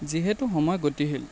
যিহেতু সময় গতিশীল